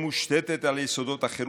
תהא מושתתה על יסודות החירות,